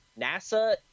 NASA